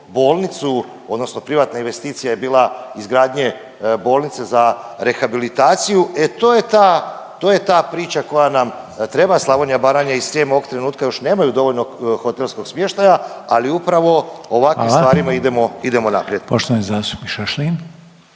bolnicu, odnosno privatna investicija je bila izgradnje bolnice za rehabilitaciju. E to je ta priča koja nam treba. Slavonija, Baranja i Srijem ovog trenutka još nemaju dovoljno hotelskog smještaja, ali upravo ovakvim stvarima idemo naprijed. **Reiner, Željko